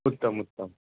उत्तम उत्तम